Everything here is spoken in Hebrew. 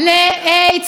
זיכרונו לברכה,